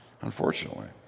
Unfortunately